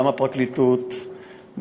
הפרקליטות,